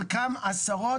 חלקם עשרות,